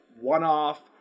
one-off